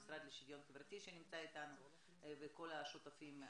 המשרד לשוויון חברתי שנמצא איתנו וכל השותפים הנוגעים.